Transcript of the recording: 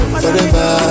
forever